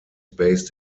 based